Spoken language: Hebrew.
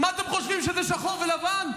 מה אתם חושבים, שזה שחור ולבן?